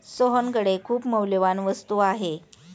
सोहनकडे खूप मौल्यवान वस्तू आहे